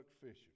fishing